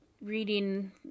reading